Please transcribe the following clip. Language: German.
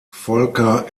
volker